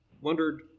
wondered